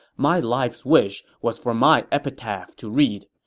my life's wish was for my epitaph to read,